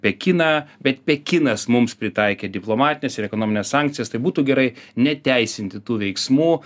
pekiną bet pekinas mums pritaikė diplomatines ir ekonomines sankcijas tai būtų gerai neteisinti tų veiksmų